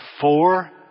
four